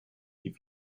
die